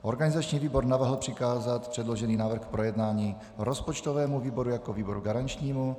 Organizační výbor navrhl přikázat předložený návrh k projednání rozpočtovému výboru jako výboru garančnímu.